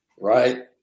right